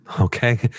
okay